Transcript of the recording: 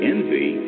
Envy